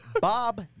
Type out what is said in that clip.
Bob